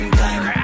time